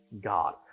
God